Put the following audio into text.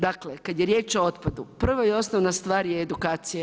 Dakle, kada je riječ o otpadu, prva i osnovna stvar je edukacija.